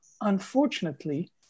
unfortunately